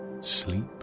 Sleep